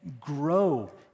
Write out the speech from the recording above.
grow